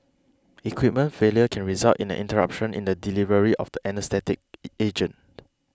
equipment failure can result in an interruption in the delivery of the anaesthetic agent